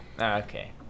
Okay